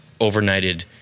overnighted